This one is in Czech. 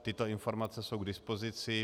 Tyto informace jsou k dispozici.